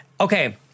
okay